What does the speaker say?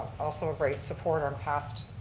also a great supporter in past,